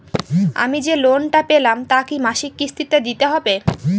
আমি যে লোন টা পেলাম তা কি মাসিক কিস্তি তে দিতে হবে?